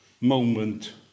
moment